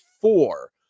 four